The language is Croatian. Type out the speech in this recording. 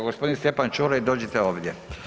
Gospodin Stjepan Ćuraj dođite ovdje.